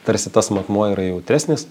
tarsi tas matmuo yra jautresnis